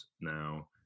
now